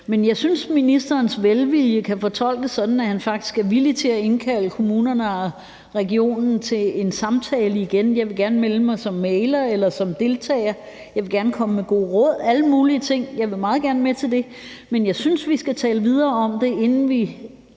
før. Jeg synes, ministerens velvilje kan fortolkes sådan, at han faktisk er villig til at indkalde kommunerne og regionen til en samtale igen. Jeg vil gerne melde mig som meddeler eller som deltager, og jeg vil gerne komme med gode råd og alle mulige ting. Jeg vil meget gerne være med til det. Jeg synes, vi skal tale videre om det, inden vi